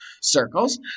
circles